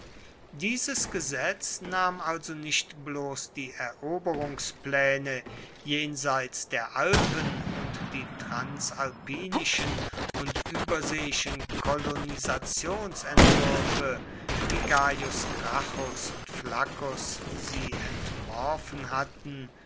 dieses gesetz nahm also nicht bloß die eroberungspläne jenseits der alpen und die transalpinischen und überseeischen kolonisationsentwürfe wie gaius gracchus und flaccus sie entworfen hatten